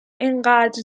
اینقدر